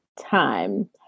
time